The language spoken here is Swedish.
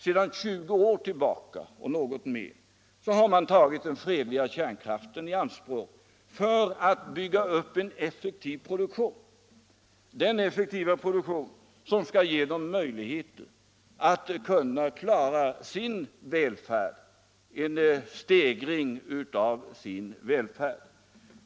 Sedan 20 år tillbaka och något mer har ryssarna tagit den fredliga kärnkraften i anspråk för att bygga upp den effektiva produktion som skall ge dem möjligheter att klara en stegring av sin välfärd.